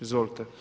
Izvolite.